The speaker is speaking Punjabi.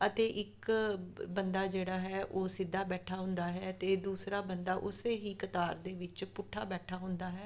ਅਤੇ ਇੱਕ ਬੰਦਾ ਜਿਹੜਾ ਹੈ ਉਹ ਸਿੱਧਾ ਬੈਠਾ ਹੁੰਦਾ ਹੈ ਅਤੇ ਦੂਸਰਾ ਬੰਦਾ ਉਸੇ ਹੀ ਕਤਾਰ ਦੇ ਵਿੱਚ ਪੁੱਠਾ ਬੈਠਾ ਹੁੰਦਾ ਹੈ